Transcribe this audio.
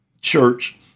church